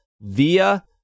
via